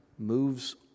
moves